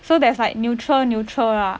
so there's like neutral neutral ah